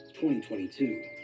2022